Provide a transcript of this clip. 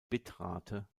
bitrate